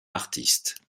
artistes